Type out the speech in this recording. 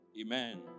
Amen